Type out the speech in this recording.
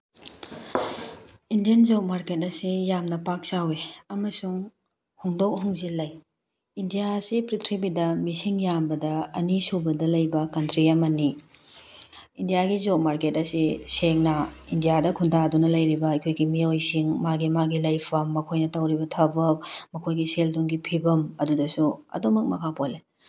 Indian geo market ꯑꯁꯤ ꯌꯥꯝꯅ ꯄꯥꯛ ꯆꯥꯎꯋꯤ ꯑꯃꯁꯨꯡ ꯍꯣꯡꯗꯣꯛ ꯍꯣꯡꯖꯤꯟ ꯂꯩ ꯏꯟꯗꯤꯌꯥ ꯑꯁꯤ ꯄ꯭ꯔꯤꯊꯤꯕꯤꯗ ꯃꯤꯁꯤꯡ ꯌꯥꯝꯕꯗ ꯑꯅꯤꯁꯨꯕꯗ ꯂꯩꯕ ꯀꯟꯇ꯭ꯔꯤ ꯑꯃꯅꯤ ꯏꯟꯗꯤꯌꯥꯒꯤ ꯖꯤꯑꯣ ꯃꯥꯔꯀꯦꯠ ꯑꯁꯤ ꯁꯦꯡꯅ ꯏꯟꯗꯤꯌꯥꯗ ꯈꯨꯟꯗꯥꯗꯨꯅ ꯂꯩꯔꯤꯕ ꯑꯩꯈꯣꯏꯒꯤ ꯃꯤꯑꯣꯏꯁꯤꯡ ꯃꯥꯒꯤ ꯃꯥꯒꯤ ꯂꯩꯐꯝ ꯃꯈꯣꯏꯅ ꯇꯧꯔꯤꯕ ꯊꯕꯛ ꯃꯈꯣꯏꯒꯤ ꯁꯦꯜ ꯊꯨꯝꯒꯤ ꯐꯤꯕꯝ ꯑꯗꯨꯗꯁꯨ ꯑꯗꯨꯃꯛ ꯃꯈꯥ ꯄꯣꯜꯂꯤ